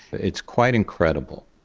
it's quite incredible.